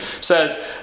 says